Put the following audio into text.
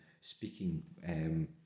speaking